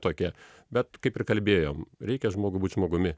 tokia bet kai prikalbėjom reikia žmogui būt žmogumi